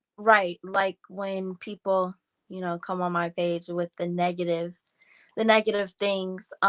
right. like when people you know come on my page with the negative the negative things.